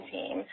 Team